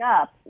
up